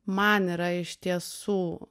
man yra iš tiesų